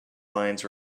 lines